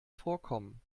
vorkommen